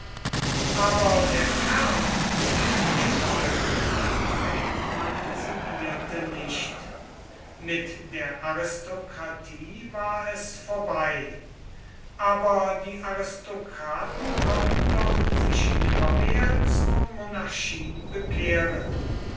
aber der kern der geschlagenen partei transigierte nicht mit der aristokratie war es vorbei aber die aristokraten konnten doch sich nimmermehr zur monarchie bekehren